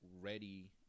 ready